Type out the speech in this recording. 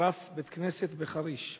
נשרף בית-כנסת בחריש.